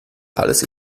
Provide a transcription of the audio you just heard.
alles